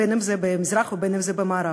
אם במזרח ואם במערב.